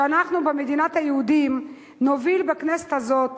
אני חושבת שהגיע הזמן שאנחנו במדינת היהודים נוביל בכנסת הזאת